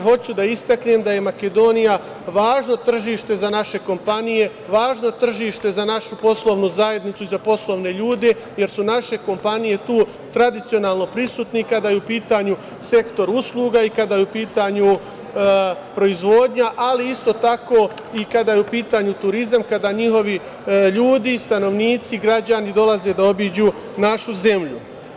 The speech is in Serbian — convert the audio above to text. Hoću da istaknem da je Makedonija važno tržište za naše kompanije, važno tržište za našu poslovnu zajednicu i za poslovne ljude, jer su naše kompanije tu tradicionalno prisutne kada je u pitanju sektor usluga i kada je u pitanju proizvodnja, ali isto tako i kada je u pitanju turizam. a kada njihovi ljudi, stanovnici, građani dolazi da obiđu našu zemlju.